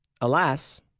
alas